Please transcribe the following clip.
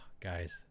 guys